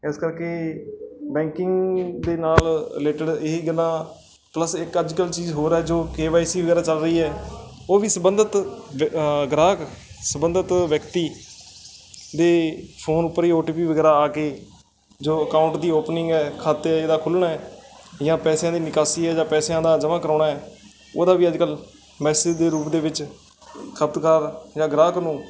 ਇਸ ਕਰਕੇ ਬੈਂਕਿੰਗ ਦੇ ਨਾਲ ਰਿਲੇਟਡ ਇਹੀ ਗੱਲਾਂ ਪਲਸ ਇੱਕ ਅੱਜ ਕੱਲ੍ਹ ਚੀਜ਼ ਹੋਰ ਹੈ ਜੋ ਕੇ ਵਾਈ ਸੀ ਵਗੈਰਾ ਚੱਲ ਰਹੀ ਹੈ ਉਹ ਵੀ ਸੰਬੰਧਿਤ ਵ ਗਾਹਕ ਸੰਬੰਧਤ ਵਿਅਕਤੀ ਦੇ ਫੋਨ ਉੱਪਰ ਹੀ ਓ ਟੀ ਪੀ ਵਗੈਰਾ ਆ ਕੇ ਜੋ ਅਕਾਊਂਟ ਦੀ ਓਪਨਿੰਗ ਹੈ ਖਾਤੇ ਜਿਹਦਾ ਖੁੱਲ੍ਹਣਾ ਜਾਂ ਪੈਸਿਆਂ ਦੀ ਨਿਕਾਸੀ ਹੈ ਜਾਂ ਪੈਸਿਆਂ ਦਾ ਜਮਾਂ ਕਰਾਉਣਾ ਉਹਦਾ ਵੀ ਅੱਜ ਕੱਲ੍ਹ ਮੈਸੇਜ ਦੇ ਰੂਪ ਦੇ ਵਿੱਚ ਖਪਤਕਾਰ ਜਾਂ ਗਾਹਕ ਨੂੰ